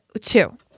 Two